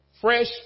fresh